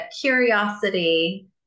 curiosity